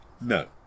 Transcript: No